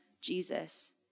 Jesus